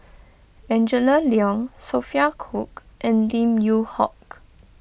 Angela Liong Sophia Cooke and Lim Yew Hock